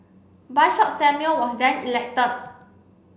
Samuel was then elected